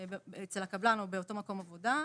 אצל הקבלן או באותו מקום עבודה,